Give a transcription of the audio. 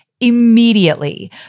immediately